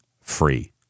free